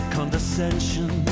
Condescension